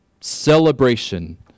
celebration